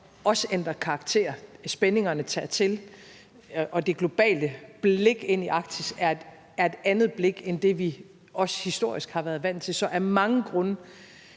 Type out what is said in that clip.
også ændrer karakter; spændingerne tager til, og det globale blik på Arktis er også et andet blik end det, vi historisk har været vant til. Så af mange grunde